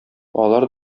алар